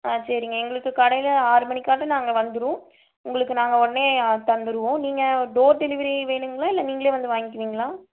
ஆ சரிங்க எங்களுக்கு கடையில் ஆறு மணிக்காட்டம் நாங்கள் வந்துரும் உங்களுக்கு நாங்கள் உட்னே தந்துருவோம் நீங்கள் டோர் டெலிவரி வேணும்ங்களா இல்லை நீங்களே வந்து வாங்கிக்கிறீங்களா